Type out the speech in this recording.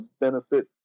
benefit